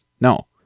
No